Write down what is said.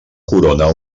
corona